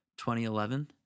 2011